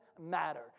matter